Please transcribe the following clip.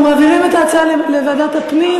אנחנו מעבירים את ההצעה לוועדת הפנים,